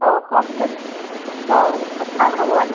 অঁ কওকচোন অঁ ভাল খবৰ